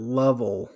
level